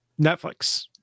Netflix